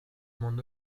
m’en